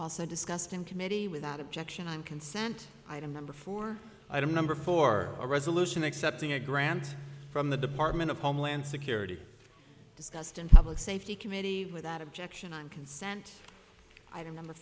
also discussed in committee without objection on consent item number four item number four a resolution accepting a grant from the department of homeland security discussed in public safety committee without objection on consent i remember